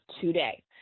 today